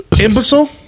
Imbecile